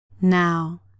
Now